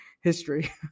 history